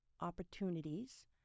opportunities